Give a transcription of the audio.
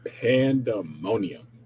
Pandemonium